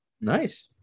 Nice